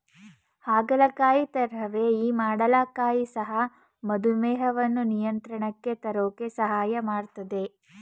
ಹಾಗಲಕಾಯಿ ತರಹವೇ ಈ ಮಾಡ ಹಾಗಲಕಾಯಿ ಸಹ ಮಧುಮೇಹವನ್ನು ನಿಯಂತ್ರಣಕ್ಕೆ ತರೋಕೆ ಸಹಾಯ ಮಾಡ್ತದೆ